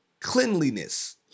cleanliness